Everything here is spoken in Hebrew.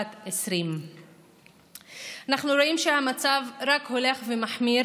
בת 20. אנחנו רואים שהמצב רק הולך ומחמיר.